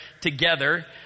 together